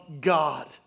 God